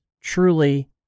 truly